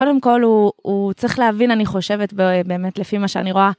קודם כל הוא צריך להבין אני חושבת באמת לפי מה שאני רואה.